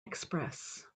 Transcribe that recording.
express